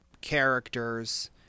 characters